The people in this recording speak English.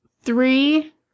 Three